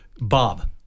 Bob